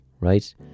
right